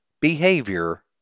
behavior